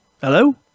Hello